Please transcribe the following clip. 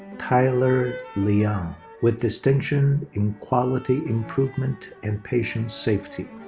tyler liang with distinction in quality improvement and patient safety.